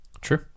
True